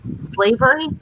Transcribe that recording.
slavery